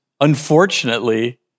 unfortunately